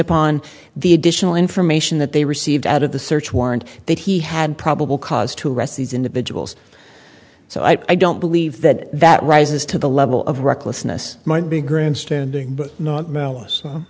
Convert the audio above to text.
upon the additional information that they received out of the search warrant that he had probable cause to arrest these individuals so i don't believe that that rises to the level of recklessness